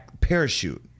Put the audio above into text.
parachute